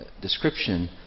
description